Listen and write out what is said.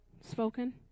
spoken